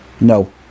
No